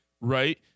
right